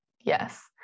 Yes